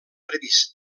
previst